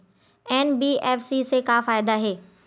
NBFC से का फ़ायदा हे?